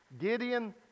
Gideon